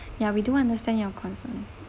ya we do understand your concern